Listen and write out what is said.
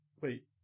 Wait